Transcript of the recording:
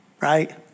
right